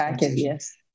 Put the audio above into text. Yes